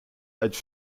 als